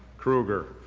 krueger,